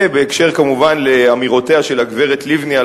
זה כמובן בקשר לאמירותיה של הגברת לבני על